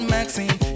Maxine